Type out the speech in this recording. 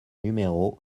numéro